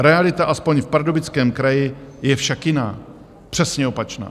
Realita aspoň v Pardubickém kraji je však jiná, přesně opačná.